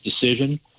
decision